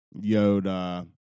Yoda